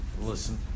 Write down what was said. listen